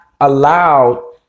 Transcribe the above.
allowed